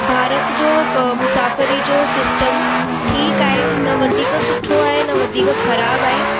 भारत जो अ मुसाफ़िरी जो सिस्टम ठीकु आहे न वधीक सुठो आहे न वधीक ख़राबु आहे